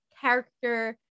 character